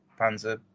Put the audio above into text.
Panzer